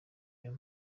iyo